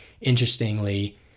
Interestingly